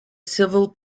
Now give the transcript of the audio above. civil